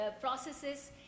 processes